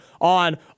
on